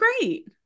great